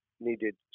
needed